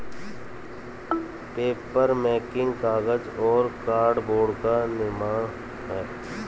papermaking कागज और cardboard का निर्माण है